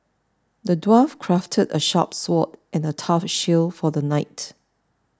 the dwarf crafted a sharp sword and a tough shield for the night